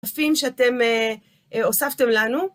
...שאתם הוספתם לנו.